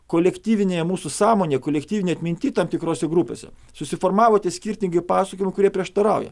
kolektyvinėje mūsų sąmonėj kolektyvinėj atminty tam tikrose grupėse susiformavo tie skirtingi pasakojimai kurie prieštarauja